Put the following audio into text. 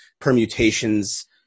permutations